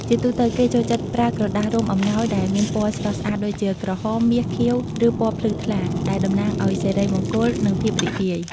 ជាទូទៅ គេចូលចិត្តប្រើក្រដាសរុំអំណោយដែលមានពណ៌ស្រស់ស្អាតដូចជា ក្រហម មាស ខៀវ ឬពណ៌ភ្លឺថ្លា ដែលតំណាងឲ្យសិរីមង្គល និងភាពរីករាយ។